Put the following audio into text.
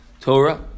Torah